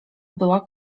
była